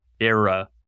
era